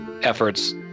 efforts